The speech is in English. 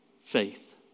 faith